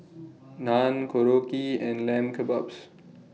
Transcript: Naan Korokke and Lamb Kebabs